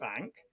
bank